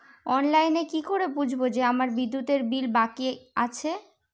অনলাইনে কি করে বুঝবো যে আমার বিদ্যুতের বিল বাকি আছে?